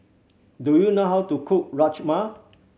do you know how to cook Rajma